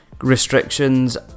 restrictions